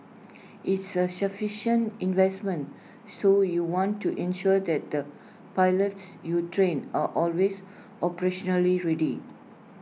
it's A investment so you want to ensure that the pilots you train are always operationally ready